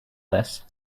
this